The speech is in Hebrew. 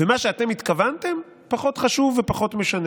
ומה שאתם התכוונתם פחות חשוב ופחות משנה.